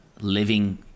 living